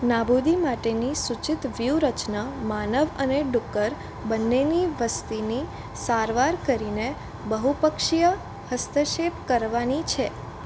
નાબૂદી માટેની સૂચિત વ્યૂહરચના માનવ અને ડુક્કર બંનેની વસ્તીની સારવાર કરીને બહુપક્ષીય હસ્તક્ષેપ કરવાની છે